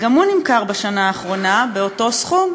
גם הוא נמכר בשנה האחרונה באותו סכום: